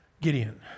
Gideon